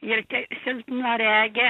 ir ke silpnaregė